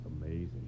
amazing